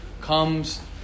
comes